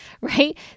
right